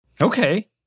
Okay